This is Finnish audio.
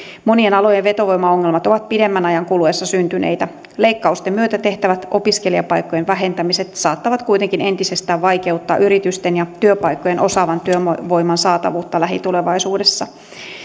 monien alojen vetovoimaongelmat ovat pidemmän ajan kuluessa syntyneitä leikkausten myötä tehtävät opiskelijapaikkojen vähentämiset saattavat kuitenkin entisestään vaikeuttaa yritysten ja työpaikkojen osaavan työvoiman saatavuutta lähitulevaisuudessa